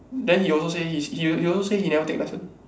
then he also say he he also say he never take license